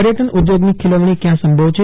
પર્યટન ઉદ્યોગની ખીલવજ્ઞી કયાં સંભવ છે